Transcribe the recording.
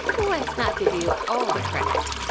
let's not give you all the credit,